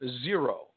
zero